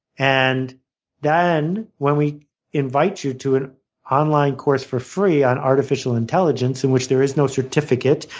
and then, when we invite you to an online course for free on artificial intelligence, in which there is no certificate,